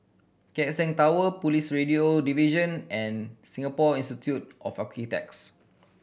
Keck Seng Tower Police Radio Division and Singapore Institute of Architects